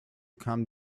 come